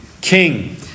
king